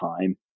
time